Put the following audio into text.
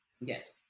Yes